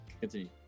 continue